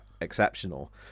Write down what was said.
exceptional